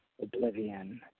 oblivion